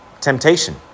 temptation